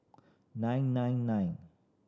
nine nine nine